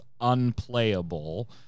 unplayable